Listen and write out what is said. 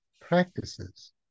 practices